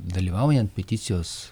dalyvaujant peticijos